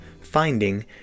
finding